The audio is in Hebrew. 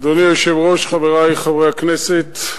אדוני היושב-ראש, חברי חברי הכנסת,